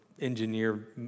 engineer